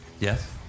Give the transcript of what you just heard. yes